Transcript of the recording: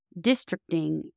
districting